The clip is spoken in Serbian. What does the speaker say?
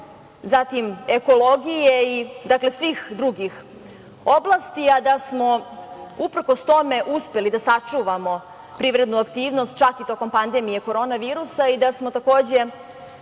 ekologije i svih drugih oblasti, a da smo uprkos tome uspeli da sačuvamo privrednu aktivnost čak i tokom pandemije korona virusa i da smo, takođe,